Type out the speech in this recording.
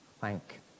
Thank